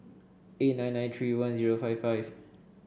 eight nine nine three one zero five five